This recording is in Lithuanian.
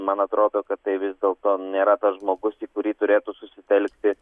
man atrodo kad tai vis dėlto nėra tas žmogus į kurį turėtų susitelkti